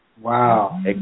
Wow